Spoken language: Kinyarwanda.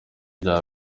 rya